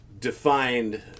defined